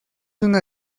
una